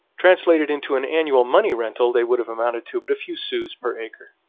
translated into an annual money rental they would have amounted to but a few sous per acre.